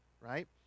right